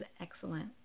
excellent